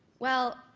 well,